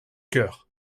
cœur